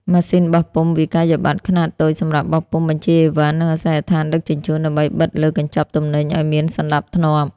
ម៉ាស៊ីនបោះពុម្ពវិក្កយបត្រខ្នាតតូច សម្រាប់បោះពុម្ពបញ្ជីអីវ៉ាន់ និងអាសយដ្ឋានដឹកជញ្ជូន ដើម្បីបិទលើកញ្ចប់ទំនិញឱ្យមានសណ្ដាប់ធ្នាប់។